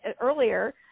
earlier